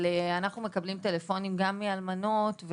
אנחנו מקבלים טלפונים גם מאלמנות.